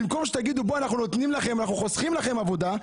במקום שתתנו את הנתונים ותחסכו לנו עבודה,